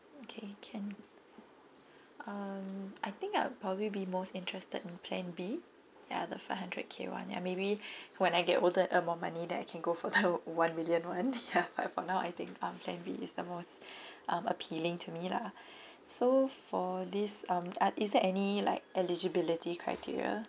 okay can um I think I would probably be most interested in plan B ya the five hundred K [one] and maybe when I get older earn more money then I can go for the one million one ya but for now I think um plan B is the most um appealing to me lah so for this um are is there any like eligibility criteria